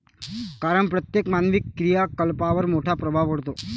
कारण प्रत्येक मानवी क्रियाकलापांवर मोठा प्रभाव पडतो